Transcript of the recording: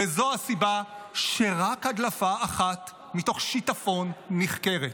וזו הסיבה שרק הדלפה אחת, מתוך שיטפון, נחקרת.